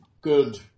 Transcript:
good